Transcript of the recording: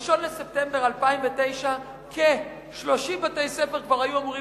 ב-1 בספטמבר 2009 כ-30 בתי-ספר כבר היו אמורים